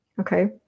Okay